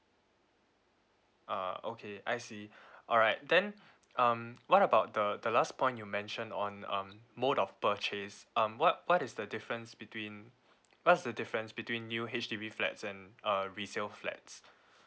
uh okay I see alright then um what about the the last point you mention on um mode of purchase um what what is the difference between what's the difference between new H_D_B flats and uh resale flats